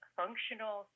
functional